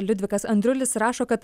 liudvikas andriulis rašo kad